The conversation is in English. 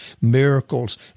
miracles